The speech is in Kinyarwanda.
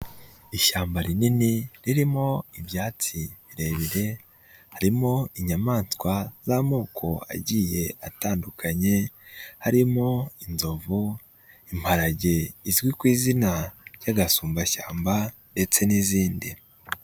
Ishyamba rinini ririmo ibyatsi birebire, harimo inyamaswa z'amoko agiye atandukanye, harimo inzovu, imparage izwi ku izina ry'agasumbashyamba ndetse n'izindi.